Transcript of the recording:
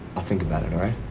i'll think about it, all right?